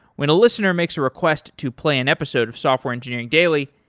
when a listener makes a request to play an episode of software engineering daily,